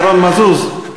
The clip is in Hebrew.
ירון מזוז.